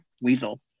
weasel